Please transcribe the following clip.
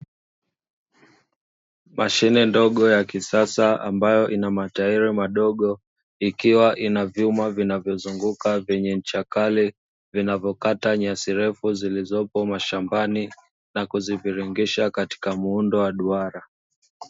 Mashine ndogo ya kisasa ambayo ina matairi madogo ikiwa ina vyuma vinavyozunguka vyenye ncha kali vinavyokata nyasi refu zilizopo mashambani na kuziviringisha katika muundo wa duara.